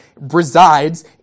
resides